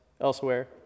elsewhere